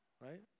right